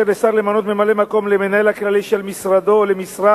לשר למנות ממלא-מקום למנהל הכללי של משרדו למשרה